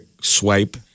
swipe